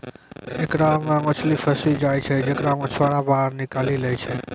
एकरा मे मछली फसी जाय छै जेकरा मछुआरा बाहर निकालि लै छै